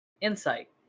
insight